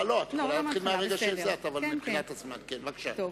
השעון, בבקשה.